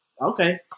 okay